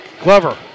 Glover